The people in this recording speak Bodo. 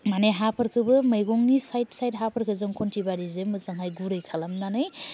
माने हाफोरखौबो मैगं साइद साइद हाफोरखौ जों खन्थिबारिजों मोजांहाय गुरै खालामनानै